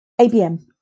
ABM